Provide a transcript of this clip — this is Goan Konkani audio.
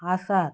आसात